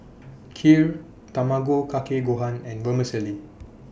Kheer Tamago Kake Gohan and Vermicelli